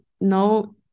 no